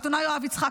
העיתונאי יואב יצחק,